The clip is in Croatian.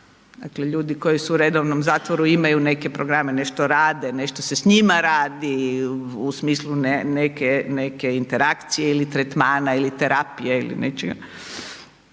Dakle ljudi koji su u redovnom zatvoru imaju neke programe, nešto rade, nešto se s njima radi u smislu neke interakcije ili tretmana ili terapije ili nečega,